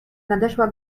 nadeszła